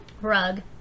rug